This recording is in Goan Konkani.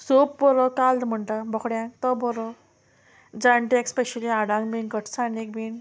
सोप बरो काल्द म्हणटा बोकड्यांक तो बरो जाणट्यांक स्पेशली हाडांक बीन घटसाणेक बीन